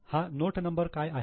हा note number काय आहे